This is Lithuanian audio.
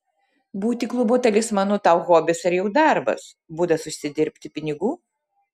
būti klubo talismanu tau hobis ar jau darbas būdas užsidirbti pinigų